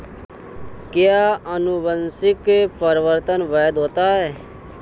क्या अनुवंशिक परिवर्तन वैध होता है?